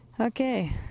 Okay